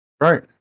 right